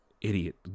Idiot